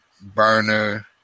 Burner